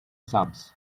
sums